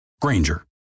Granger